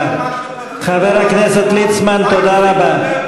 אולי תדבר על, חבר הכנסת ליצמן, תודה רבה.